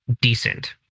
decent